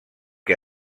que